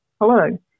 hello